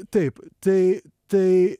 taip tai tai